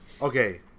Okay